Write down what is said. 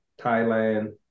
Thailand